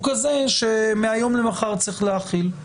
הוא כזה שמהיום למחר צריך להחיל.